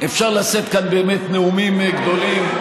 אפשר לשאת כאן נאומים גדולים,